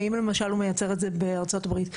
ואם למשל הוא מייצר את זה בארצות הברית?